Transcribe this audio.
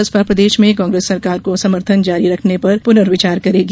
बसपा प्रदेश में कांग्रेस सरकार को समर्थन जारी रखने पर पुनर्विचार करेगी